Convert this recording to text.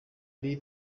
ari